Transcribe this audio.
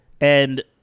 and-